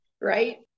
right